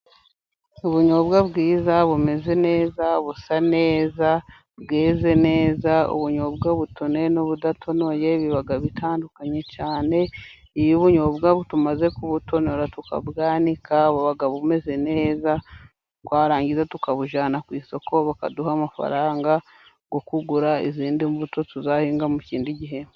Ubunyobwa bwiza bumeze neza, busa neza bweze neza. Ubunyobwa butonoye n'ubudatonoye buba butandukanye cyane. Iyo ubunyobwa tumaze kubutora tukabwanika, buba bumeze neza, twarangiza tukabujyna ku isoko, bakaduha amafaranga yo kugura izindi mbuto tuzahinga mu kindi gihe.